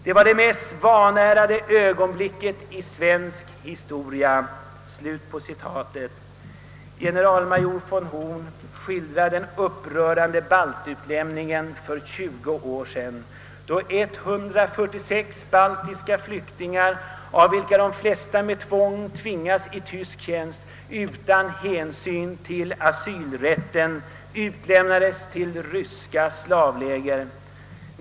Det var det mest vanärade ögonblicket i modern svensk historia.» Generalmajor von Horn skildrar den upprörande baltutlämningen för tjugo år sedan då 146 baltiska flyktingar, av vilka de flesta med tvång satts i tysk tjänst, utan hänsyn till asylrätten utlämnades till ryska slavläger.